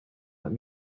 let